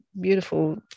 beautiful